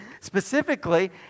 Specifically